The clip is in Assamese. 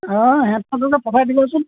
অঁ সিহঁতকে পঠাই দিবাচোন